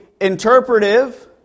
interpretive